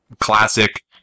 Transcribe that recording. classic